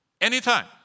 Anytime